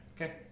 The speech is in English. Okay